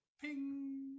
ping